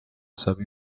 حسابی